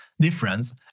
difference